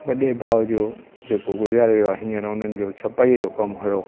वॾे भाउ जो जेको गुज़ारे वियो आहे हींअर उन्हनि जो छपाई जो कमु हुयो त